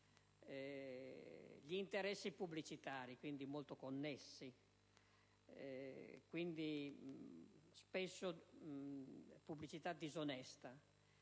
gli interessi pubblicitari, tra loro molto connessi (e quindi spesso pubblicità disonesta),